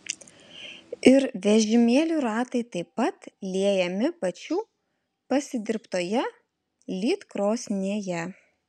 ir vežimėlių ratai taip pat liejami pačių pasidirbtoje lydkrosnėje